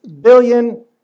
billion